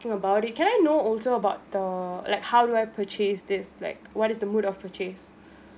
you about it can I know also about the like how do I purchase this like what is the mode of purchase